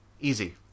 easy